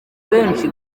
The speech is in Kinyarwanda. benshi